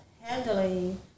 handling